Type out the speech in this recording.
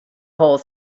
whole